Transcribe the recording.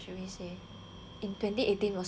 in twenty eighteen was my best time